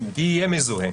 יהיה מזוהה.